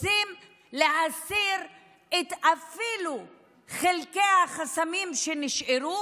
רוצים להסיר אפילו את חלקי החסמים שנשארו